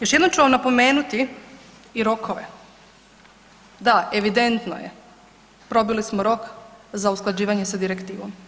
Još jednom ću vam napomenuti i rokove, da evidentno je probili smo rok za usklađivanje sa direktivom.